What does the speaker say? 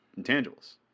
intangibles